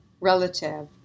relative